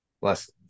Less